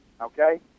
okay